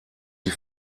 die